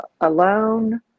alone